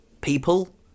people